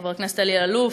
חבר הכנסת אלי אלאלוף,